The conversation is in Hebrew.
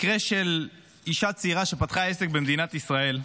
מקרה של אישה צעירה שפתחה עסק במדינת ישראל.